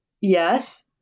Yes